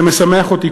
זה משמח אותי,